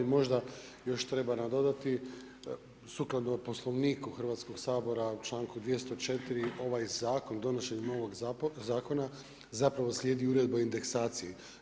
Možda, još treba nadodati, sukladno Poslovniku Hrvatskog sabora, čl.204. ovaj zakon, donošenje novog zakona, zapravo slijedi uredba o indeksaciju.